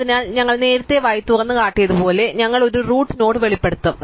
അതിനാൽ ഞങ്ങൾ നേരത്തെ y തുറന്നുകാട്ടിയതുപോലെ ഞങ്ങൾ ഒരു റൂട്ട് നോഡ് വെളിപ്പെടുത്തും